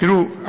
תראו,